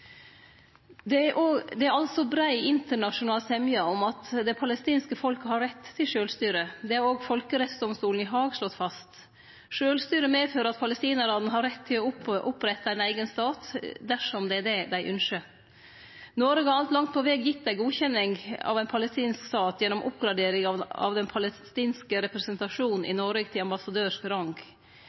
Det er brei internasjonal semje om at det palestinske folket har rett til sjølvstyre. Dette har også folkerettsdomstolen i Haag slått fast. Sjølvstyre medfører at palestinarane har rett til å opprette ein eigen stat, dersom det er det dei ynskjer. Noreg har alt langt på veg gitt ei godkjenning av ein palestinsk stat gjennom oppgraderinga av den palestinske representasjonen i Noreg til